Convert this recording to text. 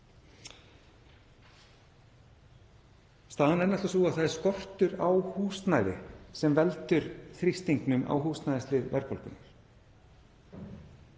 Staðan er náttúrlega sú að það er skortur á húsnæði sem veldur þrýstingnum á húsnæðislið verðbólgunnar.